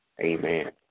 amen